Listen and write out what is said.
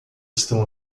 estão